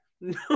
no